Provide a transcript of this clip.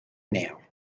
nail